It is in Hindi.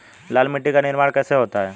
लाल मिट्टी का निर्माण कैसे होता है?